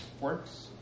works